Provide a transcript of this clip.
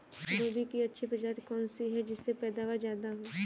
गोभी की अच्छी प्रजाति कौन सी है जिससे पैदावार ज्यादा हो?